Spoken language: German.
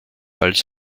als